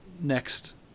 next